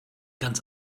ganz